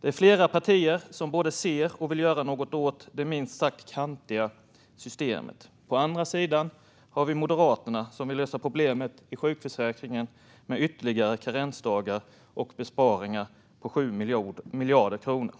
Det är flera partier som både ser och vill göra något åt det minst sagt kantiga systemet. På andra sidan har vi Moderaterna, som vill lösa problemet i sjukförsäkringen med ytterligare karensdagar och besparingar på 7 miljarder kronor.